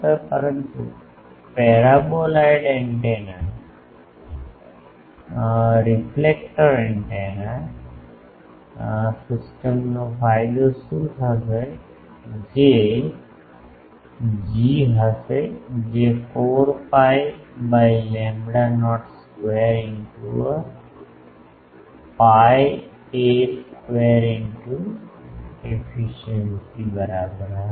પરંતુ પાર્બાઇલ્ડ antenna reflector antenna સિસ્ટમનો ફાયદો શું થશે જે G હશે જે 4 pi by lambda not square into pi a square into efficiencies બરાબર હશે